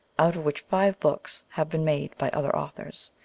out of which five books have been made by other authors,